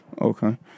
Okay